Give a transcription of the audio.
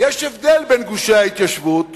יש הבדל בין גושי ההתיישבות